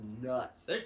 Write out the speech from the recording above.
nuts